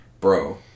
bro